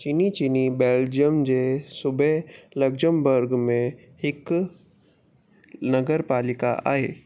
चिनी चिनी बैल्जियम जे सूबे लक्ज़मबर्ग में हिकु नगरपालिका आहे